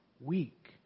Weak